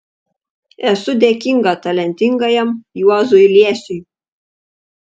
esu dėkinga talentingajam juozui liesiui